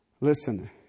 Listen